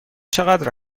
چقدر